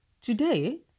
Today